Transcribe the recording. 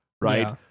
right